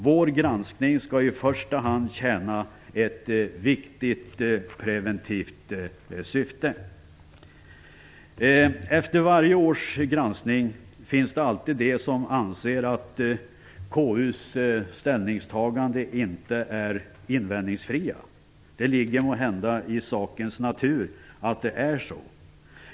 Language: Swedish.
Vår granskning skall i första hand tjäna ett viktigt preventivt syfte. Efter varje års granskning finns det alltid de som anser att KU:s ställningstaganden inte är invändningsfria. Det ligger måhända i sakens natur att det är så.